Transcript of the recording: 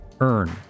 earn